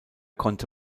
konnte